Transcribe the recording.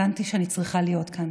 הבנתי שאני צריכה להיות כאן.